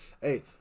Hey